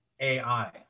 ai